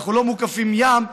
אנחנו לא מוקפים ים,